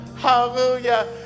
Hallelujah